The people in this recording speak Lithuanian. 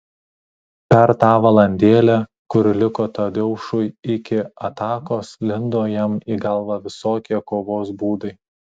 per tą valandėlę kuri liko tadeušui iki atakos lindo jam į galvą visokie kovos būdai